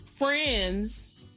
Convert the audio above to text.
Friends